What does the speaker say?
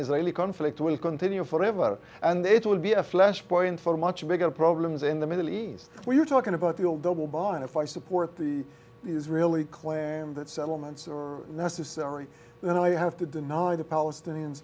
israeli conflict will continue forever and it will be a flashpoint for much bigger problems in the middle east we're talking about the old double bind if i support the is really claim that settlements are necessary and i have to deny the palestinians